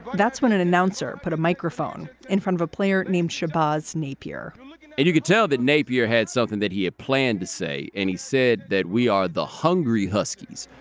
that's when an announcer put a microphone in front of a player named shabazz napier like and and you could tell that napier had something that he had planned to say and he said that we are the hungry huskies.